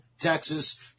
Texas